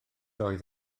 oedd